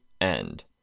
end